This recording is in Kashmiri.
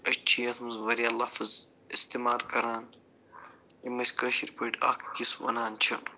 أسۍ چھِ یتھ منٛز وارِیاہ لفظ اِستعمال کَران یِم أسۍ کٲشِر پٲٹھۍ اکھ أکِس وَنان چھِ